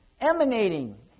emanating